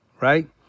right